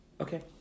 Okay